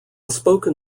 spoken